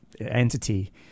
entity –